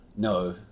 No